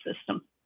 system